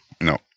No